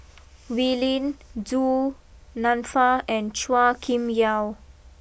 Wee Lin Du Nanfa and Chua Kim Yeow